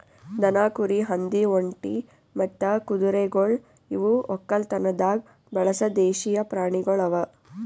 ದನ, ಕುರಿ, ಹಂದಿ, ಒಂಟಿ ಮತ್ತ ಕುದುರೆಗೊಳ್ ಇವು ಒಕ್ಕಲತನದಾಗ್ ಬಳಸ ದೇಶೀಯ ಪ್ರಾಣಿಗೊಳ್ ಅವಾ